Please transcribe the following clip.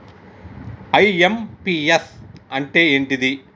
IMPS అంటే ఏంటిది?